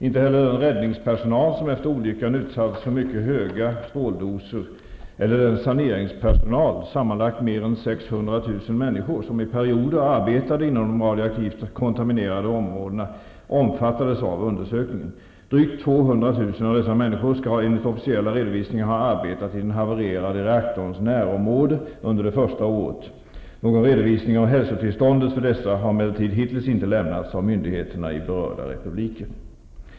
Inte heller den räddningspersonal som efter olyckan utsattes för mycket höga stråldoser eller den saneringspersonal, sammanlagt mer än 600 000 människor, som i perioder arbetade inom de radioaktivt kontaminerade områdena omfattades av undersökningen. Drygt 200 000 av dessa människor skall enligt officiella redovisningar ha arbetat i den havererade reaktorns närområde under det första året. Någon redovisning av hälsotillståndet för dessa har emellertid hittills inte lämnats av myndigheterna i berörda republiker.